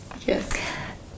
Yes